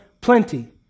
plenty